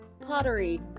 pottery